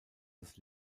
des